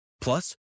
Plus